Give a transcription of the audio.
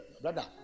brother